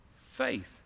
faith